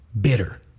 bitter